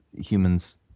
humans